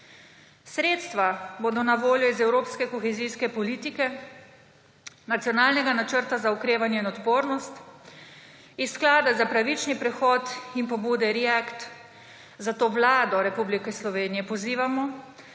Sredstva bodo na voljo iz evropske kohezijske politike, nacionalnega Načrta za okrevanje in odpornost, iz sklada za pravični prehod in pobude React, zato Vlado Republike Slovenije pozivamo,